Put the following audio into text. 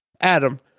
Adam